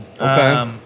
Okay